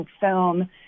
film